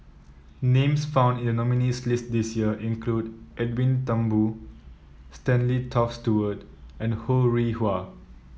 names found in the nominees' list this year include Edwin Thumboo Stanley Toft Stewart and Ho Rih Hwa